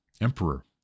emperor